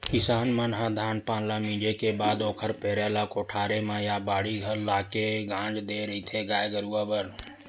किसान मन ह धान पान ल मिंजे के बाद ओखर पेरा ल कोठारे म या बाड़ी लाके के गांज देय रहिथे गाय गरुवा बर